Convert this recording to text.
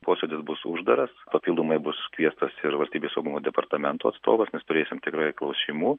posėdis bus uždaras papildomai bus kviestas ir valstybės saugumo departamento atstovas mes turėsim tikrai klausimų